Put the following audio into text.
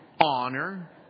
honor